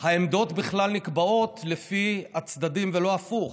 העמדות בכלל נקבעות לפי הצדדים, ולא הפוך.